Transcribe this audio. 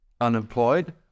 unemployed